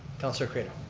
counselor craitor.